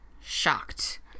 shocked